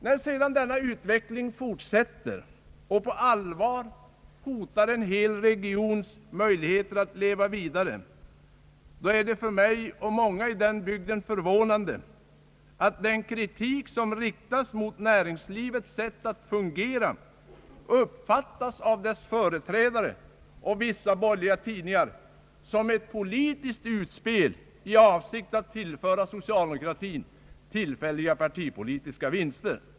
När sedan denna utveckling fortsätter och på allvar hotar en hel regions möjligheter att leva vidare är det för mig och många i den bygden förvånande att den kritik, som riktas mot näringslivets sätt att fungera, av dess företrädare och vissa borgerliga tidningar uppfattas som ett politiskt utspel i avsikt att tillföra socialdemokratin tillfälliga partipolitiska vinster.